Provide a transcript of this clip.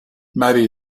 maybe